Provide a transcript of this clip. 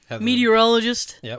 meteorologist